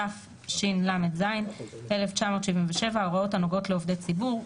התשל"ז 1977‏‏ ההוראות הנוגעות לעובדי הציבור;